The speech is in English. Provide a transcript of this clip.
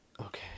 Okay